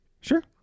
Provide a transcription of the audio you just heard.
Sure